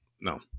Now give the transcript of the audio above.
No